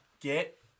Get